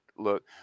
Look